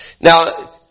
Now